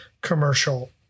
commercial